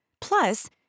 plus